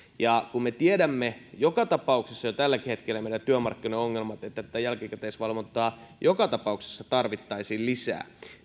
kun me tiedämme joka tapauksessa jo tälläkin hetkellä meidän työmarkkinaongelmamme että tätä jälkikäteisvalvontaa joka tapauksessa tarvittaisiin lisää